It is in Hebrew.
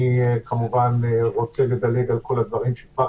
אני כמובן רוצה לדלג על כל הדברים שכבר